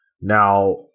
Now